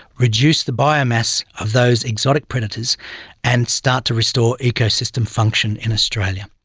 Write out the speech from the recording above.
reduce the biomass of those exotic predators and start to restore ecosystem function in australia.